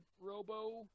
robo